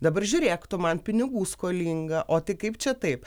dabar žiūrėk tu man pinigų skolinga o tai kaip čia taip